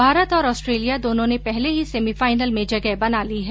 भारत और ऑस्ट्रेलिया दोनों ने पहले ही सेमीफाइनल में जगह बना ली है